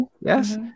yes